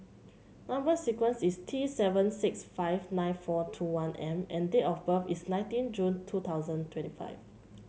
number sequence is T seven six five nine four two one M and date of birth is seventeen June two thousand twenty five